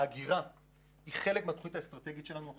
האגירה היא חלק מהתוכנית האסטרטגית שלנו,